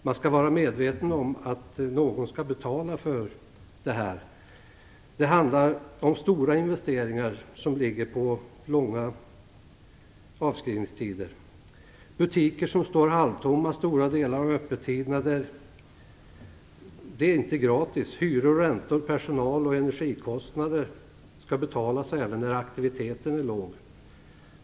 Man skall vara medveten om att någon skall betala för detta. Det handlar om stora investeringar som ligger på långa avskrivningstider. Det är fråga om butiker som står halvtomma stora delar av öppettiderna. Det är inte gratis. Hyror, räntor, personal och energikostnader skall betalas även när aktiviteten är låg.